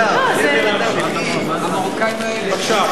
בבקשה.